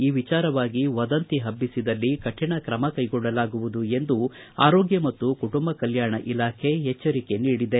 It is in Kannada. ಈ ವಿಚಾರವಾಗಿ ವದಂತಿ ಹಬ್ಬಿಸಿದಲ್ಲಿ ಕಠಿಣ ಕ್ರಮ ಕೈಗೊಳ್ಳಲಾಗುವುದು ಎಂದು ಆರೋಗ್ಯ ಮತ್ತು ಕುಟುಂಬ ಕಲ್ಕಾಣ ಇಲಾಖೆ ಎಚ್ಚರಿಕೆ ನೀಡಿದೆ